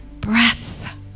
breath